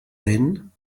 then